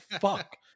fuck